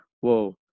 whoa